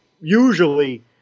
usually